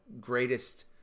greatest